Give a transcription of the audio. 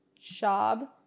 job